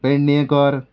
Pednekar